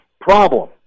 problem